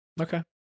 okay